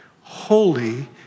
Holy